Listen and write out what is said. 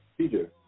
Peter